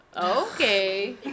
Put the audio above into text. Okay